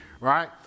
right